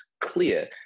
clear